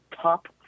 top